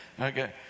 Okay